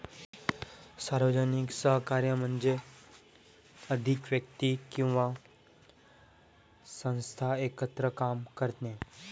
सार्वजनिक सहकार्य म्हणजे अधिक व्यक्ती किंवा संस्था एकत्र काम करणे